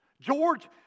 George